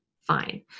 fine